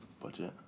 Budget